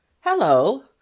Hello